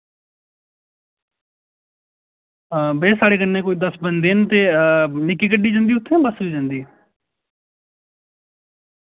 भैया साढ़े कन्नै कोई दस बंदे न ते निक्की गड्डी जंदी उत्थे जां बस जंदी